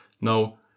Now